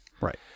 Right